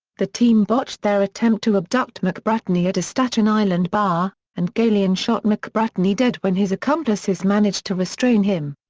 the team botched their attempt to abduct mcbratney at a staten island bar, and galione and shot mcbratney dead when his accomplices managed to restrain him.